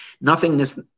Nothingness